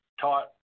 taught